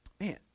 Man